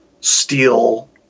steal